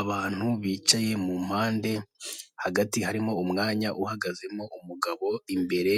Abantu bicaye mu mpande, hagati harimo umwanya uhagazemo umugabo, imbere